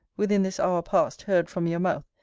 within this hour past, heard from your mouth,